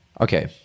okay